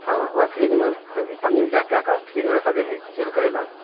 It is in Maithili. हँ ओकरा फ्रिजमे पन्नीमे पैक कए कऽ फ्रिजमे राखल जाइ छै सेल करै लए